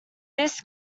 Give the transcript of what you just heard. this